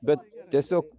bet tiesiog